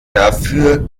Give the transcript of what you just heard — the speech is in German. dafür